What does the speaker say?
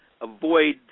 Avoid